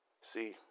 See